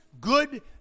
good